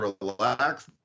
relax